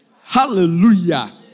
Hallelujah